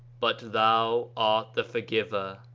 but thou art the forgiver.